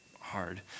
hard